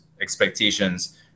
expectations